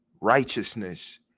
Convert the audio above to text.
righteousness